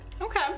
Okay